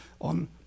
on